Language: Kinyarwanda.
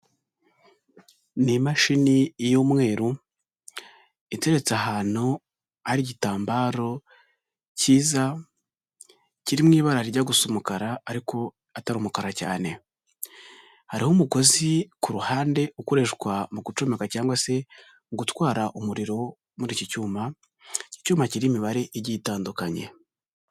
Ni imashini y'umweru, iteretse ahantu hari igitambaro cyiza, kiri mu ibara rijya gusa umukara ariko atari umukara cyane. Hariho umugozi ku ruhande ukoreshwa mu gucomeka cyangwa se gutwara umuriro muri iki cyuma, iki cyuma kiriho imibare igiye itandukanye.